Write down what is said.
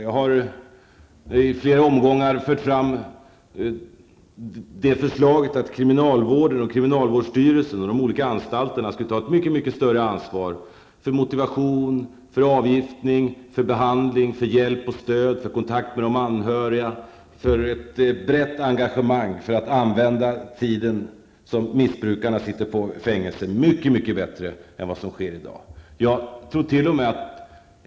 Jag har i flera omgångar fört fram förslaget att kriminalvården, kriminalvårdsstyrelsen och de olika anstalterna skulle ta ett större ansvar för motivation, avgiftning, behandling, hjälp och stöd, kontakt med de anhöriga, dvs. ett brett engagemang att använda tiden som missbrukarna befinner sig på fängelse mycket bättre än vad som sker i dag.